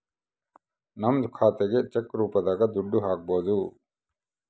ನಮ್ ಖಾತೆಗೆ ಚೆಕ್ ರೂಪದಾಗ ದುಡ್ಡು ಹಕ್ಬೋದು